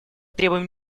требуем